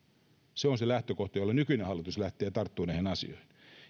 on se lähtökohta josta nykyinen hallitus lähtee ja tarttuu näihin asioihin